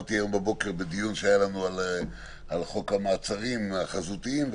אמרתי היום בבוקר בדיון שהיה לנו על חוק המעצרים החזותיים.